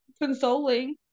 consoling